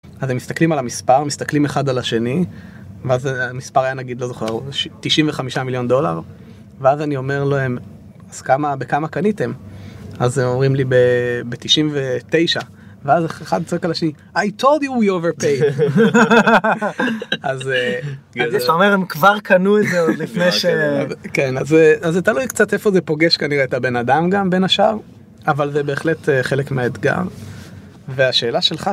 אז הם מסתכלים על המספר מסתכלים אחד על השני ואז המספר היה נגיד לא זוכר 95 מיליון דולר ואז אני אומר להם. אז כמה בכמה קניתם אז הם אומרים לי ב-99 ואז אחד צועק על השני I told you we overpaid! אז אה.. אתה אומר הם כבר קנו את זה עוד לפני ש... אז זה תלוי קצת איפה זה פוגש כנראה את הבן אדם גם בין השאר אבל זה בהחלט חלק מהאתגר והשאלה שלך